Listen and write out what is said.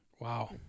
Wow